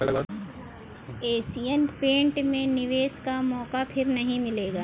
Asian paint में निवेश का मौका फिर नही मिलेगा